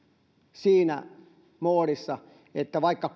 siinä moodissa että vaikka